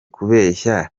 kubeshya